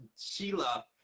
Sheila